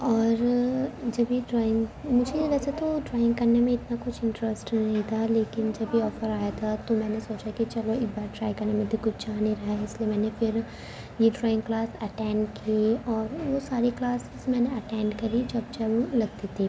اور جب یہ ڈرائنگ مجھے ویسے تو ڈرائنگ کرنے میں اتنا کچھ انٹرسٹ نہیں تھا لیکن جب یہ آفر آیا تھا تو میں نے سوچا کہ چلو ایک بار ٹرائی کرنے میں تو کچھ جا نہیں رہا ہے اس لیے میں نے پھر یہ ڈرائنگ کلاس اٹینڈ کی اور وہ ساری کلاسز میں نے اٹینڈ کری جب جب لگتی تھی